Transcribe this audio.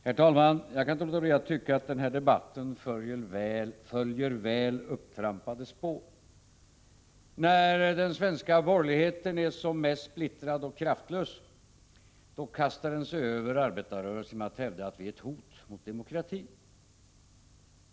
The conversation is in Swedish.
Herr talman! Jag kan inte låta bli att tycka att den här debatten följer väl upptrampade spår. När den svenska borgerligheten är som mest splittrad och kraftlös kastar den sig över arbetarrörelsen med att hävda att den är ett hot mot demokratin.